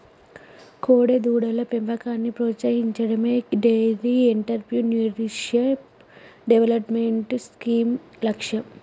కోడెదూడల పెంపకాన్ని ప్రోత్సహించడమే డెయిరీ ఎంటర్ప్రెన్యూర్షిప్ డెవలప్మెంట్ స్కీమ్ లక్ష్యం